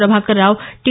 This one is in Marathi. प्रभाकर राव टी